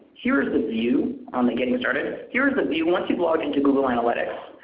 here is the view on the getting started, ah here is the view once you've logged into google analytics,